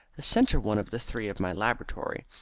the centre one of the three of my laboratory.